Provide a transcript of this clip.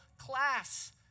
class